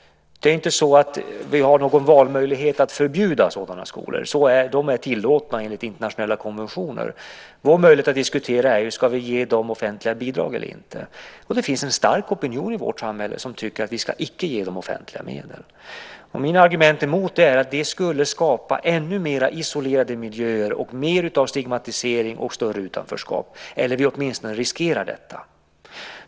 Det är inte så att vi har någon möjlighet att förbjuda sådana skolor. De är tillåtna enligt internationella konventioner. Vår möjlighet att diskutera detta gäller om vi ska ge dem offentliga bidrag eller inte. Det finns en stark opinion i vårt samhälle som tycker att vi inte ska ge dem offentliga medel. Mitt argument mot det är att det skulle skapa ännu mer isolerade miljöer, mer av stigmatisering och större utanförskap. Vi riskerar åtminstone detta.